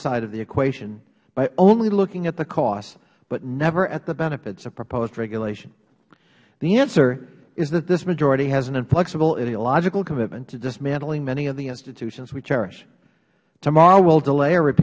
side of the equation by only looking at the costs but never at the benefits of proposed regulation the answer is that this majority has an inflexible ideological commitment to dismantling many of the institutions we cherish tomorrow we will del